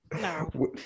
No